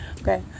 Okay